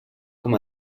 com